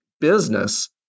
business